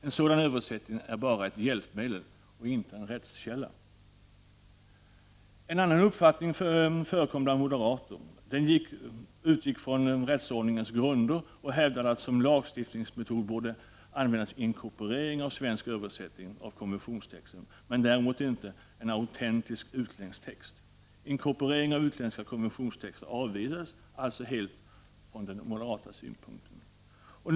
En sådan översättning är bara ett hjälpmedel, och inte en rättskälla. En annan uppfattning förekom bland moderaterna. Den utgick från rättsordningens grunder och man hävdade att som lagstiftningsmetod borde användas inkorporering av en svensk översättning av konventionstexten, men däremot inte en autentisk utländsk text. Inkorporering av utländsk konventionstext avvisades alltså helt från moderaterna.